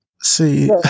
See